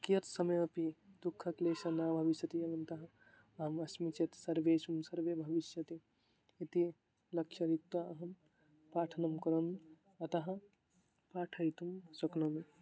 कियत्समयः अपि दुःखं क्लेशः न भविष्यति एवम् अतः अहमस्मि चेत् सर्वेषु सर्वे भविष्यति इति लक्ष्यरीत्या अहं पाठनं करोमि अतः पाठयितुं शक्नोमि